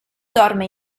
dorme